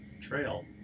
trail